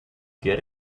get